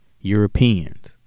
Europeans